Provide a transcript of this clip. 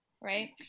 Right